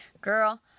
girl